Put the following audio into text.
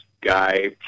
guy